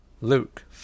Luke